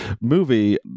movie